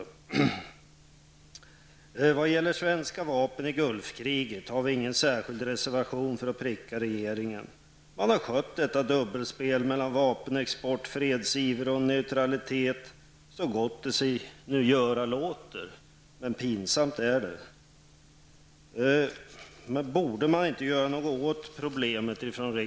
I vad gäller svenska vapen i Gulfkriget har vi ingen särskild reservation för att pricka regeringen. Man har skött detta dubbelspel mellan vapenexport, fredsiver och neutralitet så gott det sig nu göra låter, men pinsamt är det. Borde inte riksdagen göra någonting åt problemet.